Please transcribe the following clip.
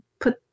put